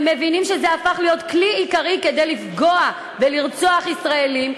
והם מבינים שזה הפך להיות כלי עיקרי כדי לפגוע ולרצוח ישראלים,